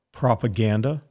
propaganda